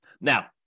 Now